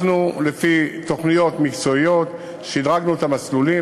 אנחנו, לפי תוכניות מקצועיות, שדרגנו את המסלולים.